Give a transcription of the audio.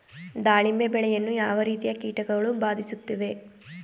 ದಾಳಿಂಬೆ ಬೆಳೆಯನ್ನು ಯಾವ ರೀತಿಯ ಕೀಟಗಳು ಬಾಧಿಸುತ್ತಿವೆ?